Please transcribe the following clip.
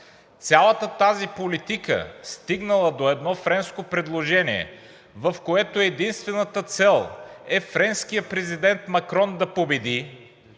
Цялата тази политика, стигнала до едно френско предложение, в което единствената цел е френският президент Макрон да победи,